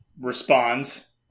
responds